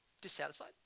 dissatisfied